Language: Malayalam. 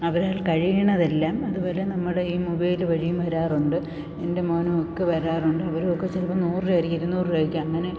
അവരാൽ കഴിയുന്നതെല്ലാം അതുവരെ നമ്മുടെ ഈ മൊബൈല് വഴിയും വരാറുണ്ട് എൻ്റെ മോനും ഒക്കെ വരാറുണ്ട് അവരുമൊക്കെ ചിലപ്പം നൂറ് രൂപയായിരിക്കും ഇരുന്നൂറ് രൂപയായാരിക്കും അങ്ങനെ